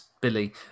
Billy